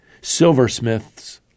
silversmiths